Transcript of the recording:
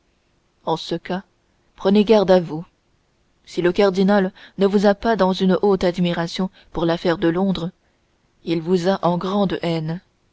en ce cas prenez garde à vous si le cardinal ne vous a pas dans une haute admiration pour l'affaire de londres il vous a en grande haine